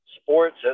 sports